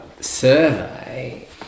survey